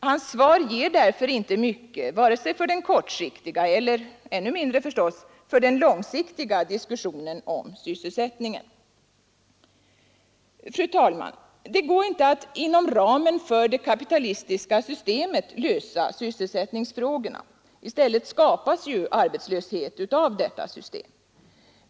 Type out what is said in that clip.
Hans svar ger därför inte mycket, vare sig för den kortsiktiga eller — ännu mindre förstås — för den långsiktiga diskussionen om sysselsättningen. Fru talman! Det går inte att inom ramen för det kapitalistiska systemet lösa sysselsättningsfrågorna. I stället skapas ju arbetslöshet av detta system.